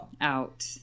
out